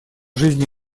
жизни